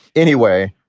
anyway,